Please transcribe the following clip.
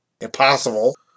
impossible